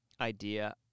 idea